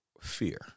fear